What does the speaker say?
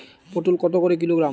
পটল কত করে কিলোগ্রাম?